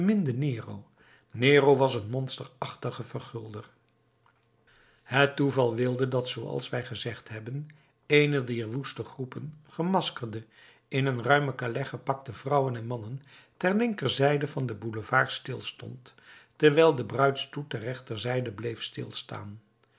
beminde nero nero was een monsterachtige vergulder het toeval wilde dat zooals wij gezegd hebben eene dier woeste groepen gemaskerde in eene ruime kales gepakte vrouwen en mannen ter linkerzijde van den boulevard stilstond terwijl de bruidsstoet ter rechterzijde bleef stilstaan